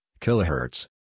Kilohertz